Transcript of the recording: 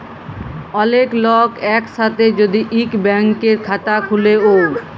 ওলেক লক এক সাথে যদি ইক ব্যাংকের খাতা খুলে ও